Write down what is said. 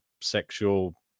sexual